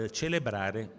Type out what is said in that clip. celebrare